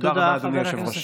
תודה רבה, אדוני היושב-ראש.